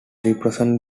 represent